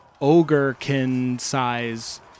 ogre-kin-size